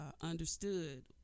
understood